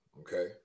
okay